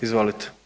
Izvolite.